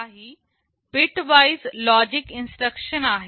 काही bitwise logic instruction आहेत